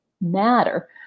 matter